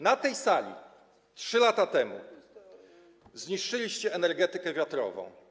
Na tej sali 3 lata temu zniszczyliście energetykę wiatrową.